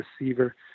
receiver